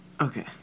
Okay